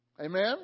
Amen